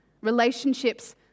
relationships